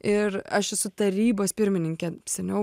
ir aš esu tarybos pirmininkė seniau